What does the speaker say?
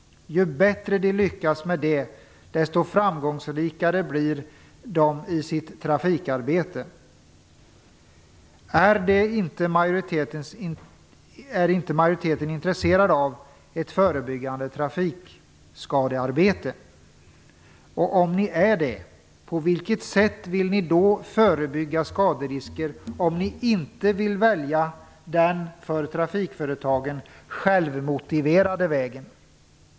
Ju bättre de lyckas med det, desto framgångsrikare blir de i sitt trafikarbete. Är inte majoriteten intresserad av ett förebyggande trafikskadearbete? Om ni är det, på vilket sätt vill ni då förebygga skaderisker, om ni inte vill välja den för trafikföretagen självmotiverade vägen?